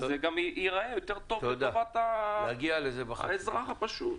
זה גם ייראה טוב יותר למען האזרח הפשוט.